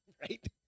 Right